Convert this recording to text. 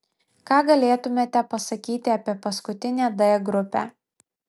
ką galėtumėte pasakyti apie paskutinę d grupę